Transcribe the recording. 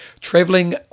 traveling